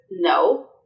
no